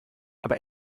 aber